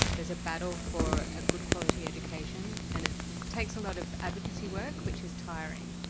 there's a battle for a good quality education and it takes a lot of advocacy work, which is tiring,